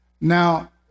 Now